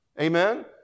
Amen